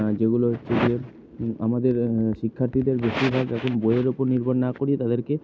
যেগুলো হচ্ছে যে আমাদের শিক্ষার্থীদের বেশিরভাগ এখন বইয়ের উপর নির্ভর না করিয়ে তাদেরকে